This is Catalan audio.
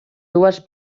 dues